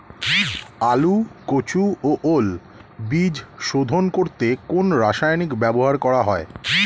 আলু ও কচু ও ওল বীজ শোধন করতে কোন রাসায়নিক ব্যবহার করা হয়?